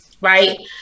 right